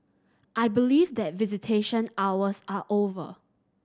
I believe that visitation hours are over